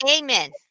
Amen